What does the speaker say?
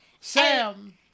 sam